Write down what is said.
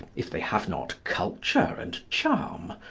if they have not culture and charm,